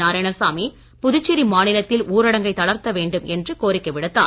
நாராயணசாமி புதுச்சேரி மாநிலத்தில் ஊரடங்கை தளர்த்த வேண்டும் என்று கோரிக்கை விடுத்தார்